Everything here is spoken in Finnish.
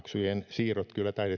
siirrot taidettiin viime